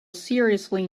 seriously